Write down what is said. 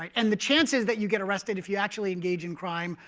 and the chances that you get arrested, if you actually engage in crime,